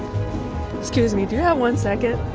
excuse me, do you have one second?